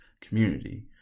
community